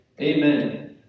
Amen